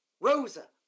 rosa